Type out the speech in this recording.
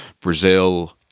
Brazil